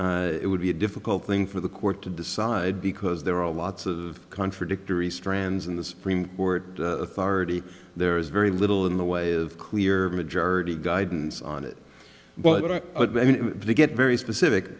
it would be a difficult thing for the court to decide because there are lots of contradictory strands in the supreme court already there is very little in the way of clear majority guidance on it but they get very specific